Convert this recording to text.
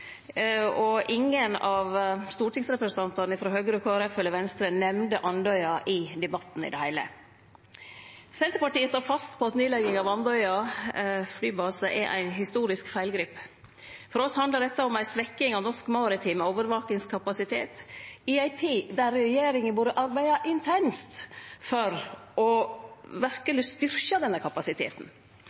og ingen av stortingsrepresentantane frå Høgre, Kristeleg Folkeparti eller Venstre nemnde Andøya i debatten i det heile. Senterpartiet står fast på at nedlegging av Andøya flybase er eit historisk feilgrep. For oss handlar dette om ei svekking av norsk maritim overvakingskapasitet i ei tid der regjeringa burde arbeide intenst for verkeleg å styrkje denne kapasiteten.